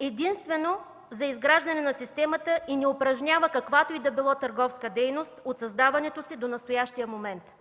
единствено за изграждане на системата и не упражнява каквато и да било търговска дейност от създаването си до настоящия момент.